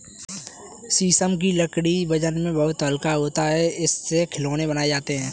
शीशम की लकड़ी वजन में बहुत हल्का होता है इससे खिलौने बनाये जाते है